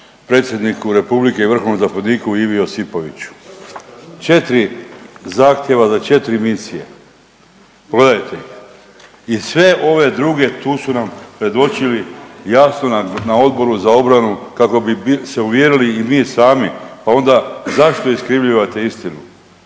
predsjedniku Republike i vrhovnom zapovjedniku Ivi Josipoviću četri zahtjeva za četri misije, pogledajte i sve ove druge tu su nam predočili jasno na Odboru za obranu kako bi se uvjerili i mi sami, pa onda zašto iskrivljavate istinu,